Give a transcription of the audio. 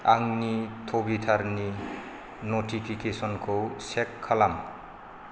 आंनि टुविटारनि न'टिफिकेसनखौ चेक खालाम